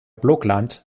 blokland